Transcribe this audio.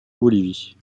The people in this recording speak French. bolivie